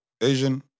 Asian